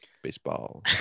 baseball